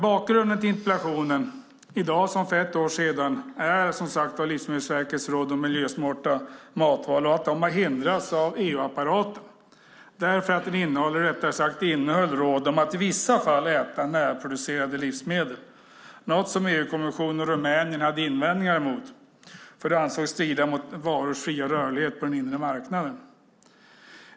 Bakgrunden till interpellationen är i dag som för ett år sedan Livsmedelsverkets råd om miljösmarta matval och att de har hindrats av EU-apparaten därför att de innehöll råd om att i vissa fall äta närproducerade livsmedel, något som EU-kommissionen och Rumänien hade invändningar mot, för det ansågs strida mot varors fria rörlighet på den inre marknaden.